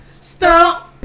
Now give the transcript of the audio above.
Stop